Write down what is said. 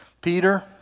Peter